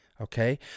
okay